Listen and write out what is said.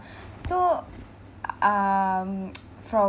so um from